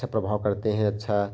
अच्छा प्रभाव करते हैं अच्छा